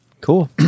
Cool